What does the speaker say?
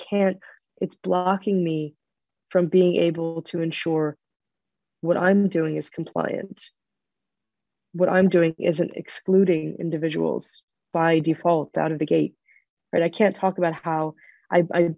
can't it's blocking me from being able to ensure what i'm doing is compliant what i'm doing isn't excluding individuals by default out of the gate right i can't talk about how i